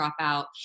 dropout